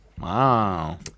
Wow